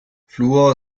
fluor